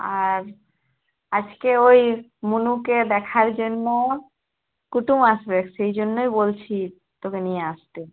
আর আজকে ওই মুনুকে দেখার জন্য কুটুম আসবে সেই জন্যেই বলছি তোকে নিয়ে আসতে